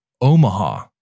Omaha